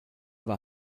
war